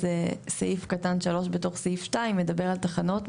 אז סעיף קטן (3) בתוך סעיף 2 מדבר על תחנות,